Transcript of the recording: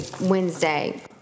Wednesday